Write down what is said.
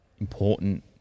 important